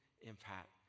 impact